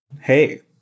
Hey